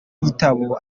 gitabo